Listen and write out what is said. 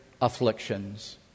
afflictions